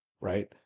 right